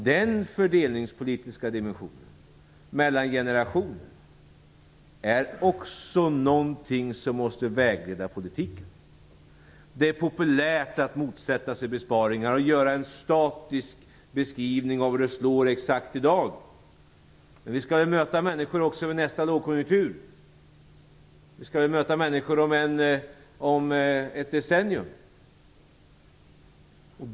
Den fördelningspolitiska dimensionen mellan generationer är också något som måste vägleda politiken. Det är populärt att motsätta sig besparingar och att göra en statisk beskrivning exakt av hur det slår i dag. Men vi skall ju möta människor också i nästa lågkonjunktur, och vi skall möta människor om ett decennium.